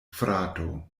frato